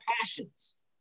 passions